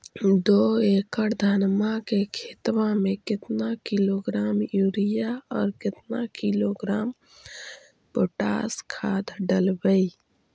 दो एकड़ धनमा के खेतबा में केतना किलोग्राम युरिया और केतना किलोग्राम पोटास खाद डलबई?